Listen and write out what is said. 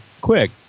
Quick